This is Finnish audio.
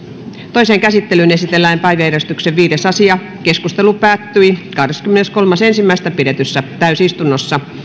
toiseen käsittelyyn esitellään päiväjärjestyksen viides asia keskustelu asiasta päättyi kahdeskymmeneskolmas ensimmäistä kaksituhattayhdeksäntoista pidetyssä täysistunnossa